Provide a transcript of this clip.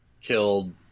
killed